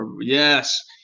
Yes